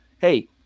Hey